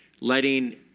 letting